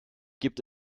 gibt